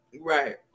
right